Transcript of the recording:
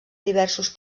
diversos